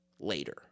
later